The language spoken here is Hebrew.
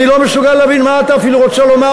אני לא מסוגל להבין מה אתה רוצה לומר,